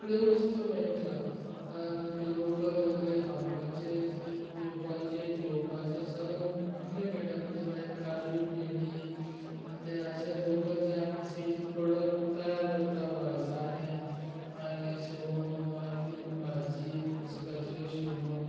वस्तू मेळटा लोकल सगले खावपाचे पिवपाचे जेवपाचे सगलें मेळटा म्हणजे लायक काजू फेणी तें अशें लोकल जे आमी स्विट्स प्रोडक्ट तयार करता पळय अळसांदे मागीर शेंगो मागीर भाजी मस्काच्यो शेंगो